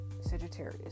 Sagittarius